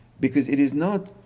because it is not